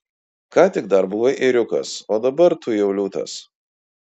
ką tik dar buvai ėriukas o dabar tu jau liūtas